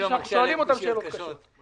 כשאנחנו שואלים אותם שאלות קשות.